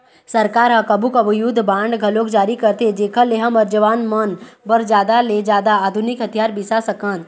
सरकार ह कभू कभू युद्ध बांड घलोक जारी करथे जेखर ले हमर जवान मन बर जादा ले जादा आधुनिक हथियार बिसा सकन